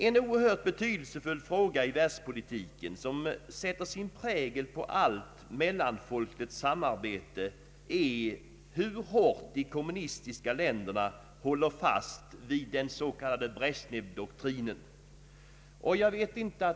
En oerhört betydelsefull fråga i världspolitiken, som sätter sin prägel på allt mellanfolkligt samarbete, är hur hårt de kommunistiska länderna håller fast vid den s.k. Brezjnevdoktrinen.